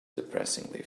depressingly